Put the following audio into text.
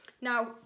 Now